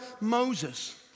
Moses